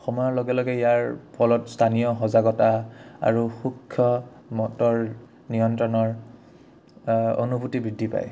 সময়ৰ লগে লগে ইয়াৰ ফলত স্থানীয় সজাগতা আৰু সুক্ষ মটৰ নিয়ন্ত্ৰণৰ অনুভূতি বৃদ্ধি পায়